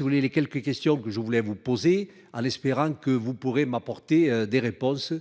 voulez les quelques questions que je voulais vous poser. En espérant que vous pourrez m'apporter des réponses